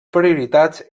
prioritats